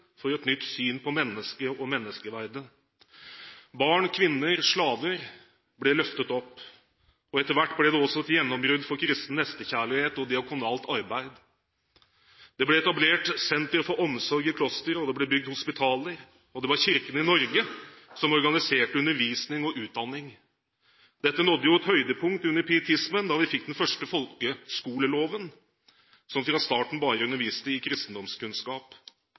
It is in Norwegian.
for et nytt syn på mennesket og menneskeverdet. Barn, kvinner og slaver ble løftet opp. Etter hvert ble det også et gjennombrudd for kristen nestekjærlighet og diakonalt arbeid. Det ble etablert sentre for omsorg i klostre, og det ble bygd hospitaler. Det var Kirken i Norge som organiserte undervisning og utdanning. Dette nådde jo et høydepunkt under pietismen, da vi fikk den første folkeskoleloven. I skolen ble det fra starten av bare undervist i kristendomskunnskap.